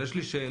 אבל יש לי שאלה